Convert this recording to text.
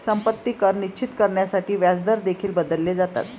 संपत्ती कर निश्चित करण्यासाठी व्याजदर देखील बदलले जातात